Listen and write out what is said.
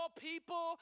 people